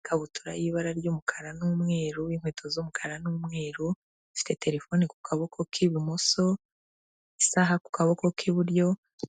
ikabutura y'ibara ry'umukara n'umweru, inkweto z'umukara n'umweru, ufite terefone ku kaboko k'ibumoso, isaha ku kaboko k'iburyo,